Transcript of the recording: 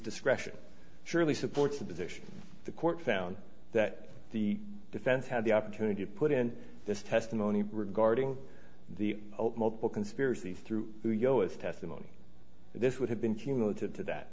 discretion surely supports the position the court found that the defense had the opportunity to put in this testimony regarding the multiple conspiracy through who you know is testimony this would have been cumulative to that